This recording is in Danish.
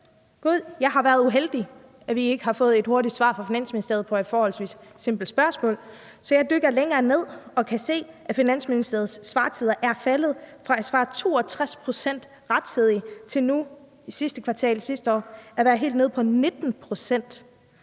at jeg har været uheldig ikke at få et hurtigt svar fra Finansministeriet på et forholdsvis simpelt spørgsmål. Så jeg dykker længere ned og kan se, at Finansministeriets svartider er faldet fra 62 pct.s rettidighed til i sidste kvartal sidste år at være helt nede på 19 pct.